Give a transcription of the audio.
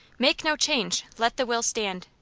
make no change let the will stand.